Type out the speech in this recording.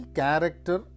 character